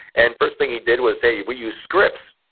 and first thing he did was, hey, we use scripts.